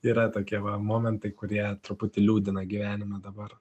yra tokie va momentai kurie truputį liūdina gyvenimą dabar